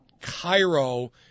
Cairo